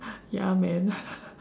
ya man